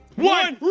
one!